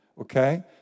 Okay